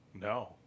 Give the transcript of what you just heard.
No